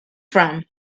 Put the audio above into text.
from